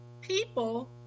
people